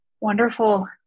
Wonderful